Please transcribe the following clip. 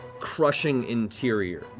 crushing interior.